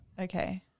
Okay